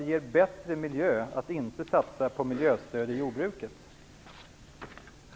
Det sista ligger litet utanför medlemsavgiften, men i alla fall.